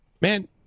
man